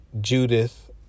Judith